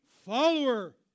follower